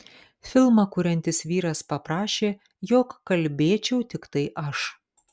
filmą kuriantis vyras paprašė jog kalbėčiau tiktai aš